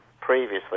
previously